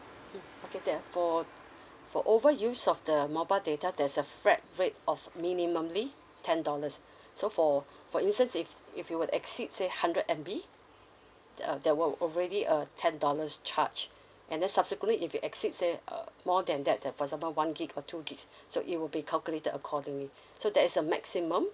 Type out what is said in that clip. mm okay that for for over use of the mobile data there's a flat rate of minimally ten dollars so for for instance if if you would exceed say hundred M_B uh there will already a ten dollars charge and then subsequently if you exceed say uh more than that the for example one gig~ or two gigs~ so it will be calculated accordingly so there is a maximum